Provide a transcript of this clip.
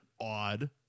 odd